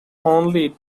only